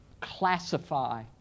classify